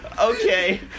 okay